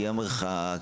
כי המרחק,